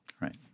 Right